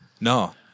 no